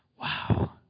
Wow